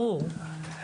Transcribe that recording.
ברור.